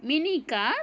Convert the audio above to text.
mini car